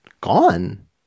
gone